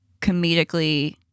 comedically